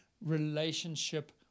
relationship